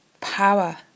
power